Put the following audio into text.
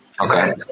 Okay